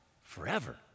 Forever